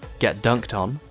get dunked um